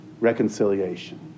reconciliation